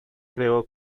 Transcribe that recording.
creo